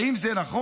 האם זה נכון?